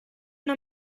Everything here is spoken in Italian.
una